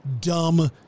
dumb